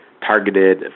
targeted